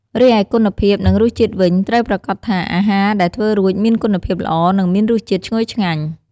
រីឯគុណភាព និងរសជាតិវិញត្រូវប្រាកដថាអាហារដែលធ្វើរួចមានគុណភាពល្អ និងមានរសជាតិឈ្ងុយឆ្ងាញ់។